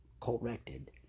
corrected